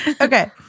Okay